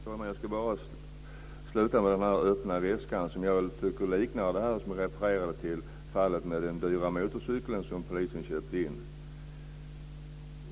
Fru talman! Jag ska sluta detta med frågan om den öppna väskan. Jag tycker att det liknar fallet som jag refererade med den dyra motorcykeln som polisen köpte in.